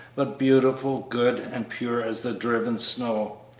but beautiful, good, and pure as the driven snow.